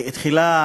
תחילה,